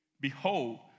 Behold